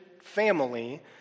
family